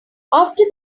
after